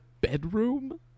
bedroom